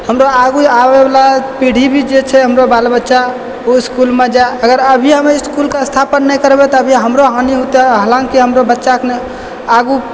हमरो आगू आबै बला पीढ़ी भी जे छै हमरो बाल बच्चा ओ इसकुल मे जाय अगर अभी हम एहि इसकुल के स्थापना नहि करबै तऽ अभी हमरो हानि होतै हलाँकि हमरो बच्चाके ने आगू